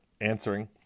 answering